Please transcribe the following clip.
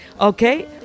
okay